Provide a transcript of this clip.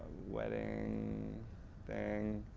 wedding thing,